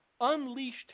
unleashed